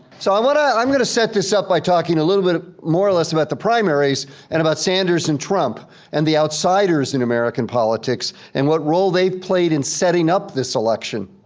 so i wanna, i'm gonna set this up by talking a little bit more less about the primaries and about sanders and trump and the outsiders in american politics and what role they played in setting up this election.